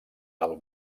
del